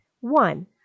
One